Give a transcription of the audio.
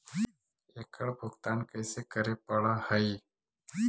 एकड़ भुगतान कैसे करे पड़हई?